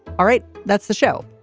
all right. that's the show.